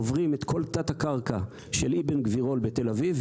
עוברים את כל תת-הקרקע של איבן גבירול בתל אביב,